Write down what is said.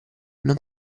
non